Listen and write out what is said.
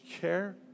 care